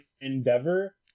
Endeavor